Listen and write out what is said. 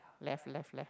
left left left